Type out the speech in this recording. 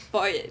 for it